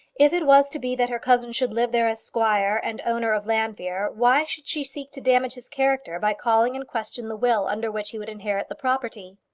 if it was to be that her cousin should live there as squire and owner of llanfeare, why should she seek to damage his character by calling in question the will under which he would inherit the property?